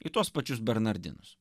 į tuos pačius bernardinus